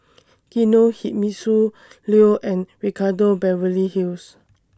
Kinohimitsu Leo and Ricardo Beverly Hills